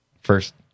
First